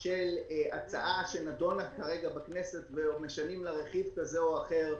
של הצעה שנדונה כרגע בכנסת ומשנים לה רכיב כזה או אחר,